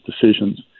decisions